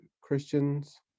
christians